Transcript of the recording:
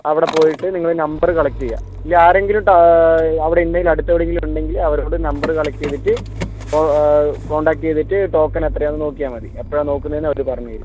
അവിടെ പോയിട്ട് നിങ്ങൾ നമ്പറ് കളക്ട് ചെയ്യുക അല്ലെ ആരെങ്കിലും അവിടെ ഉണ്ടെങ്കിൽ അടുത്ത് എവിടേലും ഉണ്ടെങ്കിൽ അവരോട് നമ്പറ് കളക്ട് ചെയ്തിട്ട് കോണ്ടാക്ട് ചെയ്തിട്ട് ടോക്കൺ എത്രയാന്ന് നോക്കിയാൽ മതി എപ്പോഴാണ് നോക്കുന്നേന്ന് അവർ പറഞ്ഞ് തരും